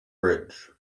bridge